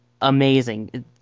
amazing